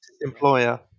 employer